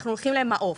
אנחנו הולכים למעוף.